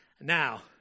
Now